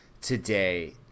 today